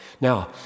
Now